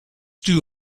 too